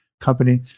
company